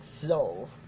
flow